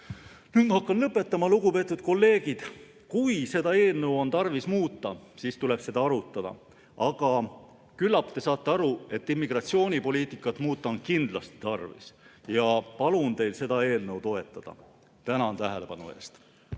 Nüüd ma hakkan lõpetama. Lugupeetud kolleegid, kui seda eelnõu on tarvis muuta, siis tuleb seda arutada. Aga küllap te saate aru, et immigratsioonipoliitikat muuta on kindlasti tarvis. Ma palun teil seda eelnõu toetada. Tänan tähelepanu eest!